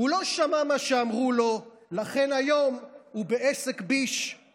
/ הוא לא שמע מה שאמרו לו / לכן היום הוא בעסק ביש //